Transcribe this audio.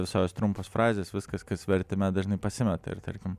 visos trumpos frazės viskas kas vertime dažnai pasimeta ir tarkim